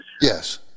Yes